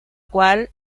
cual